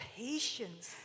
patience